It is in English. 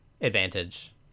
advantage